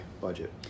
budget